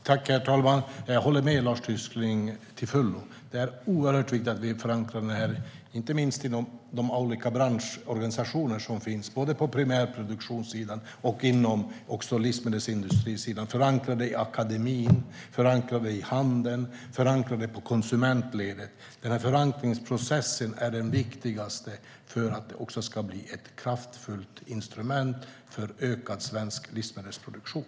Herr talman! Jag håller med Lars Tysklind till fullo. Det är oerhört viktigt att vi förankrar detta, inte minst inom de olika branschorganisationer som finns på både primärproduktionssidan och livsmedelsindustrisidan. Det måste förankras i akademin, handeln och konsumentledet. Förankringsprocessen är det viktigaste för att det ska bli ett kraftfullt instrument för ökad svensk livsmedelsproduktion.